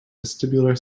vestibular